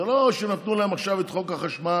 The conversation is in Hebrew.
זה לא שנתנו להם עכשיו את חוק החשמל,